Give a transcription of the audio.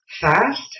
fast